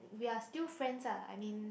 we are still friends ah I mean